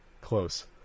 close